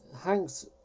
Hanks